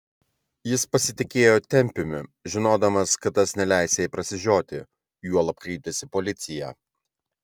jis pasitikėjo tempiumi žinodamas kad tas neleis jai prasižioti juolab kreiptis į policiją